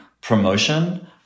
promotion